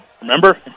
Remember